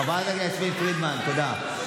חברת הכנסת יסמין פרידמן, תודה.